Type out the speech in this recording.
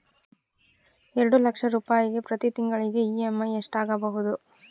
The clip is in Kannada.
ಎರಡು ಲಕ್ಷ ರೂಪಾಯಿಗೆ ಪ್ರತಿ ತಿಂಗಳಿಗೆ ಇ.ಎಮ್.ಐ ಎಷ್ಟಾಗಬಹುದು?